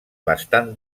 bastant